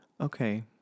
Okay